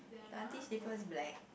the auntie slipper is black